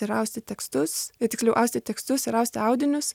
ir austi tekstus tiksliau austi tekstus ir austi audinius